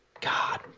God